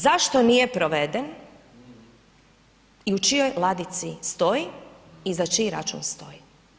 Zašto nije proveden i u čijoj ladici stoji i za čiji račun stoji?